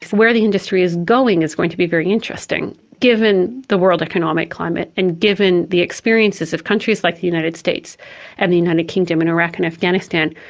where the industry is going is going to be very interesting. given the world economic climate and given the experiences of countries like the united states and the united kingdom and iraq and afghanistan,